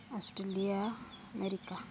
Australia America